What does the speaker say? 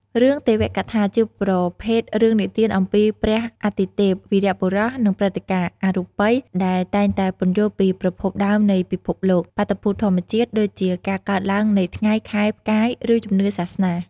រឿងទេវកថា ជាប្រភេទរឿងនិទានអំពី ព្រះ អាទិទេព វីរបុរស និងព្រឹត្តិការណ៍ អរូបី ដែលតែងតែពន្យល់ពីប្រភពដើមនៃពិភពលោក បាតុភូតធម្មជាតិ ដូចជាការកើតឡើងនៃថ្ងៃ ខែ ផ្កាយ ឬជំនឿសាសនា ។